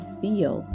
feel